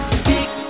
speak